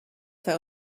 their